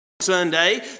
Sunday